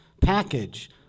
package